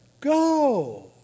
Go